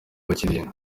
bakiliya